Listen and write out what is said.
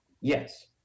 Yes